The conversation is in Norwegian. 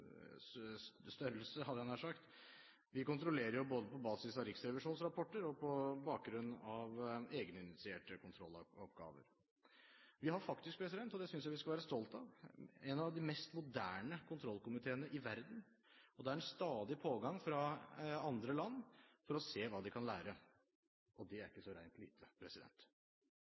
størrelse – hadde jeg nær sagt. Vi kontrollerer både på basis av Riksrevisjonens rapporter og på bakgrunn av egeninitierte kontrolloppgaver. Vi har faktisk – og det synes jeg vi skal være stolt av – en av de mest moderne kontrollkomiteene i verden, og det er en stadig pågang fra andre land for å se hva de kan lære, og det er ikke så rent lite!